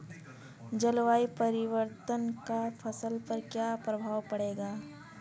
जलवायु परिवर्तन का फसल पर क्या प्रभाव पड़ेगा?